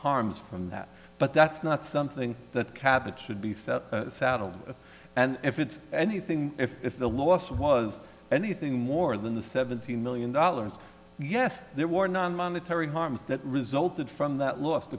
harms from that but that's not something that cabbage should be thought saddled of and if it's anything if if the loss was anything more than the seventeen million dollars yes there were none monetary harms that resulted from that los